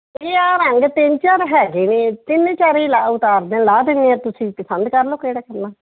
ਇਹ ਆਹ ਰੰਗ ਤਿੰਨ ਚਾਰ ਹੈਗੇ ਨੇ ਤਿੰਨ ਚਾਰ ਹੀ ਲਾ ਉਤਾਰ ਲਾਹ ਦਿੰਨਦੇ ਹਾਂ ਤੁਸੀਂ ਪਸੰਦ ਕਰ ਲਓ ਕਿਹੜਾ ਕਰਨਾ